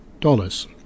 dollars